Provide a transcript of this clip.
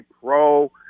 pro